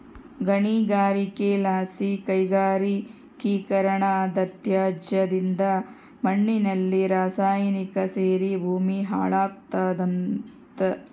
ಗಣಿಗಾರಿಕೆಲಾಸಿ ಕೈಗಾರಿಕೀಕರಣದತ್ಯಾಜ್ಯದಿಂದ ಮಣ್ಣಿನಲ್ಲಿ ರಾಸಾಯನಿಕ ಸೇರಿ ಭೂಮಿ ಹಾಳಾಗ್ತಾದ